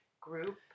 group